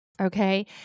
Okay